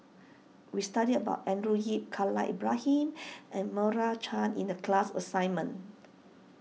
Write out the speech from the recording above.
we studied about Andrew Yip Khalil Ibrahim and Meira Chand in the class assignment